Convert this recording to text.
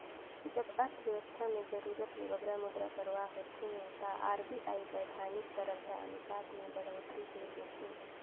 जब अर्थबेवस्था में जरूरत ले बगरा मुद्रा परवाह होथे ता आर.बी.आई बैधानिक तरलता अनुपात में बड़होत्तरी कइर देथे